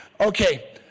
Okay